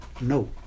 no